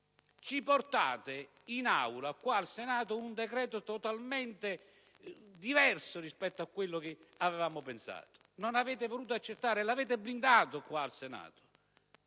portato in Aula, qua al Senato, un decreto totalmente diverso rispetto a quello che avevamo pensato; non lo avete voluto accettare e qui al Senato